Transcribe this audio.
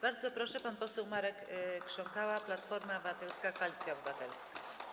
Bardzo proszę, pan poseł Marek Krząkała, Platforma Obywatelska - Koalicja Obywatelska.